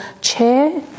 chair